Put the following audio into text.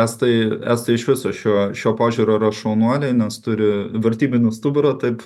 estai estai iš viso šiuo šiuo požiūriu yra šaunuoliai nes turi vertybinį stuburą taip